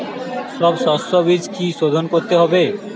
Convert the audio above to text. সব শষ্যবীজ কি সোধন করতে হবে?